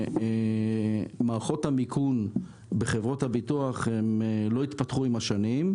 העובדה שמערכות המיכון בחברות הביטוח לא התפתחו עם השנים,